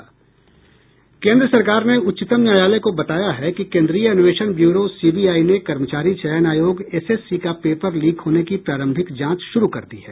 केन्द्र सरकार ने उच्चतम न्यायालय को बताया है कि केन्द्रीय अन्वेषण ब्यूरो सी बी आई ने कर्मचारी चयन आयोग एस एस सी का पेपर लीक होने की प्रारंभिक जांच शुरू कर दी है